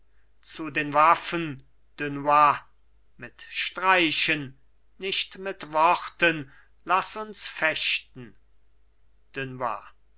zu den waffen dunois mit streichen nicht mit worten laß uns fechten